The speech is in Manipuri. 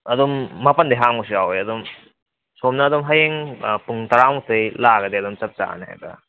ꯑꯗꯨꯝ ꯃꯄꯟꯗꯩ ꯍꯥꯡꯕꯁꯨ ꯌꯥꯎꯋꯦ ꯑꯗꯨꯝ ꯁꯣꯝꯅ ꯑꯗꯨꯝ ꯍꯌꯦꯡ ꯄꯨꯡ ꯇꯔꯥꯃꯨꯛꯇꯩ ꯂꯥꯛꯑꯒꯗꯤ ꯑꯗꯨꯝ ꯆꯞ ꯆꯥꯔꯅꯤꯗ ꯑꯗꯨꯝ